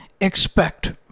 expect